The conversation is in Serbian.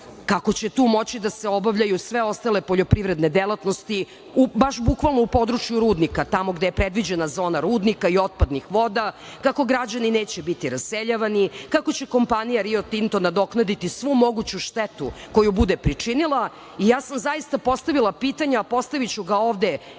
kako će tu moći da se obavljaju sve ostale poljoprivredne delatnosti baš bukvalno u području rudnika, tamo gde je predviđena zona rudnika i otpadnih voda, kako građani neće biti raseljavani, kako će kompanija "Rio Tinto" nadoknaditi svu moguću štetu koju bude pričinila. Ja sam zaista postavila pitanja a postaviću ga i ovde